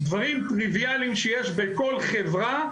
דברים טריוויאליים שיש בכל חברה.